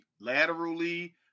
laterally